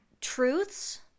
truths